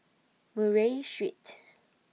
Murray Street